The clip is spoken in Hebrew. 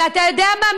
ואתה יודע מה?